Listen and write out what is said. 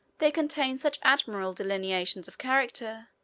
they contain such admirable delineations of character,